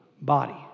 body